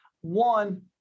One